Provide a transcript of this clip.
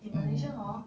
mm